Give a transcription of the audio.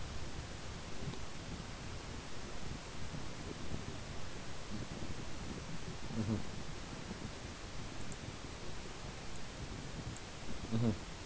mmhmm mmhmm